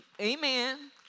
amen